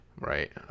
Right